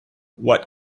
what